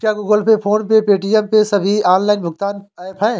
क्या Google Pay PhonePe Paytm ये सभी ऑनलाइन भुगतान ऐप हैं?